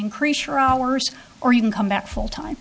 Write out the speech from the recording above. increase your hours or even come back full time